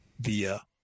via